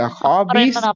hobbies